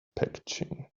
packaging